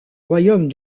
royaume